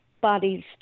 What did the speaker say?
bodies